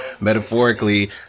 metaphorically